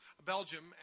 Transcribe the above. Belgium